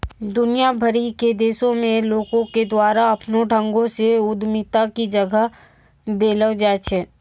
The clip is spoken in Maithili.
दुनिया भरि के देशो मे लोको के द्वारा अपनो ढंगो से उद्यमिता के जगह देलो जाय छै